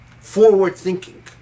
forward-thinking